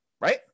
right